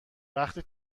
وقتی